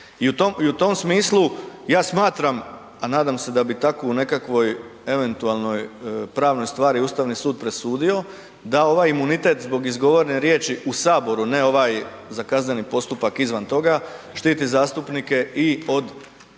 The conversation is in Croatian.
I u tom smislu ja smatram a nada se da bi u takvoj nekakvoj eventualnoj pravnoj stvari Ustavni sud presudio da ovaj imunitet zbog izgovorene riječi u Saboru ne ovaj za kazneni postupak izvan toga štiti zastupnike i od